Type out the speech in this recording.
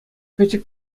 пӗчӗк